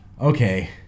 okay